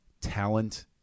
talent